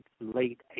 late